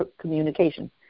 communication